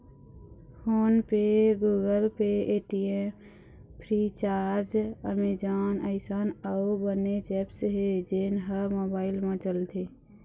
phone पे, Google Pay, Paytm, Freecharge, Amazon अइसन अउ बनेच ऐप्स हे जेन ह मोबाईल म चलथे